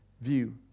view